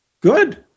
good